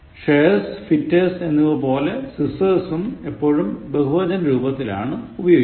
Shears fetters എന്നിവ പോലെ scissors ഉം എപ്പോഴും ബഹുവചന രൂപത്തിലാണ് ഉപയോഗിക്കുന്നത്